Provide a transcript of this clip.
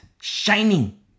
shining